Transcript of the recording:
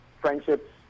friendships